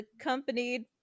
accompanied